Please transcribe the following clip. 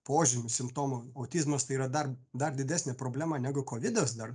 požymių simptomų autizmas tai yra dar dar didesnė problema negu kovidas dar